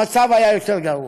המצב היה יותר גרוע.